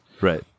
Right